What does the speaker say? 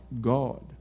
God